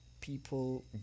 People